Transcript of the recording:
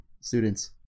students